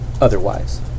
otherwise